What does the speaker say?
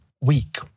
week